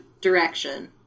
direction